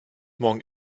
morgen